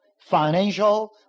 financial